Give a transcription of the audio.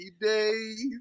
days